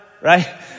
Right